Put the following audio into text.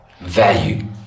value